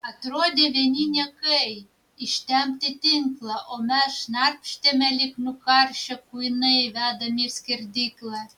atrodė vieni niekai ištempti tinklą o mes šnarpštėme lyg nukaršę kuinai vedami į skerdyklą